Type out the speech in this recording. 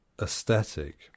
aesthetic